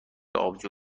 آبجو